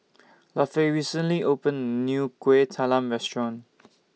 Lafe recently opened New Kueh Talam Restaurant